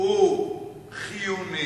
הוא חיוני